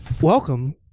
Welcome